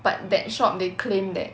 but that shop they claim that